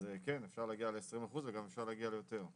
אז כן, אפשר להגיע ל-20% וגם אפשר להגיע ליותר.